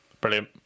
Brilliant